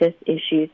issues